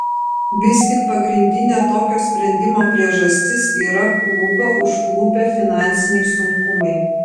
vis tik pagrindinė tokio sprendimo priežastis yra klubą užklupę finansiniai sunkumai